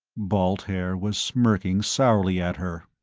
balt haer was smirking sourly at her.